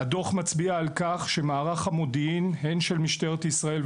הדוח מצביע על כך שמערך המודיעין הן של משטרת ישראל,